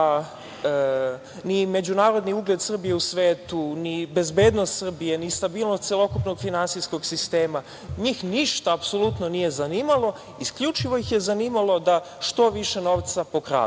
ni međunarodni ugled Srbije u svetu, ni bezbednost Srbije, ni stabilnost celokupnog finansijskog sistema. Njih ništa apsolutno nije zanimalo, isključivo ih je zanimalo da što više novca pokradu